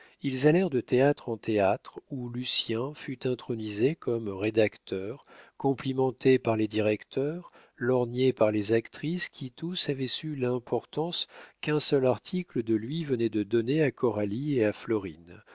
ils allèrent de théâtre en théâtre où lucien fut intronisé comme rédacteur complimenté par les directeurs lorgné par les actrices qui tous avaient su l'importance qu'un seul article de lui venait de donner à coralie et à florine